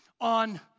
on